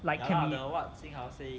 like kind of he